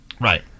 Right